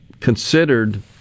considered